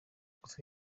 gusa